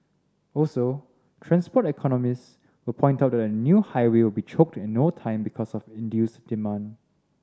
also transport economists will point out that a new highway will be choked in no time because of induced demand